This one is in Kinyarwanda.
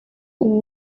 ubu